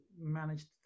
managed